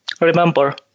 remember